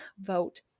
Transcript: vote